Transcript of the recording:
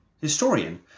historian